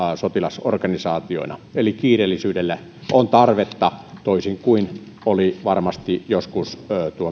sotilasorganisaatioina eli kiireellisyydelle on tarvetta toisin kuin oli varmasti joskus